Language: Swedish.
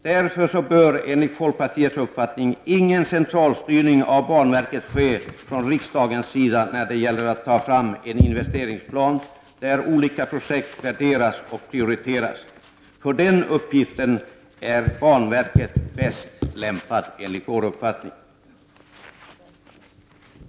Därför bör enligt folkpartiets uppfattning ingen centralstyrning av banverket ske från riksdagens sida när det gäller att ta fram en investeringsplan där olika projekt värderas och prioriteras. För den uppgiften är banverket bäst lämpad, enligt vår uppfattning.